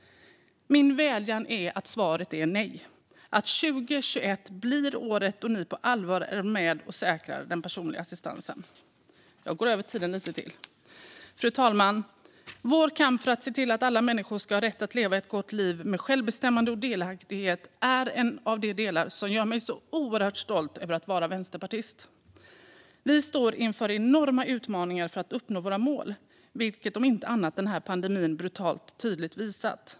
Min vädjan till er är att ni låter svaret vara nej och att 2021 blir året då ni på allvar är med och säkrar den personliga assistansen. Fru talman! Vår kamp för att se till att alla människor ska ha rätt att leva ett gott liv med självbestämmande och delaktighet är en av de delar som gör mig så oerhört stolt över att vara vänsterpartist. Vi står inför enorma utmaningar för att uppnå våra mål, vilket om inte annat den här pandemin brutalt tydligt visat.